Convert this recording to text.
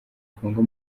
congo